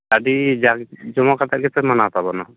ᱟᱹᱰᱤ ᱡᱟᱠ ᱡᱚᱢᱚᱠ ᱟᱛᱮᱫ ᱜᱮᱯᱮ ᱢᱟᱱᱟᱣ ᱛᱟᱵᱚᱱᱟ